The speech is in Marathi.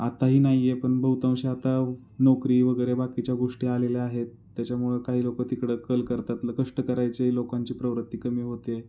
आताही नाही आहे पण बहुतांशी आता नोकरी वगैरे बाकीच्या गोष्टी आलेल्या आहेत त्याच्यामुळं काही लोकं तिकडं कल करतातलं कष्ट करायचे लोकांची प्रवृत्ती कमी होते आहे